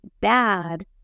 bad